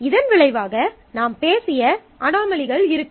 இதன் விளைவாக நாம் பேசிய அனோமலிகள் இருக்கும்